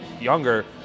younger